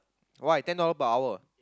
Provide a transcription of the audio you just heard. why ten dollar per hour